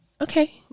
okay